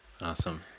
awesome